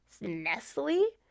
Nestle